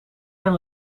een